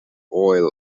oil